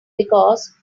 because